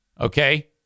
Okay